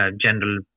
general